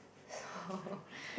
so